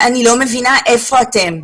אני לא מבינה היכן אתם.